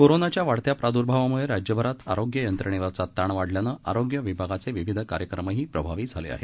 कोरोनाच्या वाढत्या प्रादुर्भावामुळे राज्यभरात आरोग्य यंत्रणेवरचा ताण वाढल्यानं आरोग्य विभागाचे विविध कार्यक्रमही प्रभावी झाले आहेत